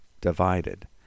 divided